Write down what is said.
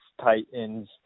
Titans